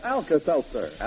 Alka-Seltzer